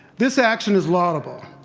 this action is laudable,